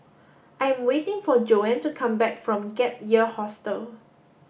I'm waiting for Joan to come back from Gap Year Hostel